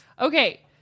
Okay